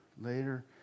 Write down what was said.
later